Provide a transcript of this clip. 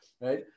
Right